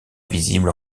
visible